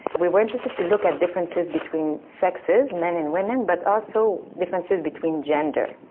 we were interested to look at differences between sexes, men and women, but also differences between gender.